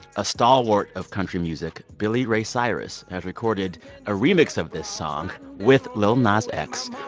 a stalwart of country music, billy ray cyrus, has recorded a remix of this song with lil nas x.